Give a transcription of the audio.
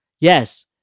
Yes